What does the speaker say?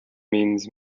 means